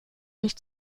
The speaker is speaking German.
nicht